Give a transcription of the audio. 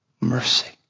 Mercy